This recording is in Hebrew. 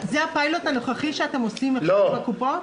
זה הפיילוט הנוכחי שאתם עושים --- הקופות?